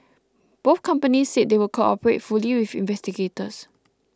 both companies said they would cooperate fully with investigators